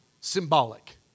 symbolic